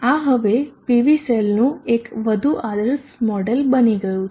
આ હવે PV સેલનું એક વધુ આદર્શ મોડેલ બની ગયું છે